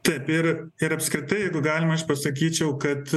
taip ir ir apskritai galima aš pasakyčiau kad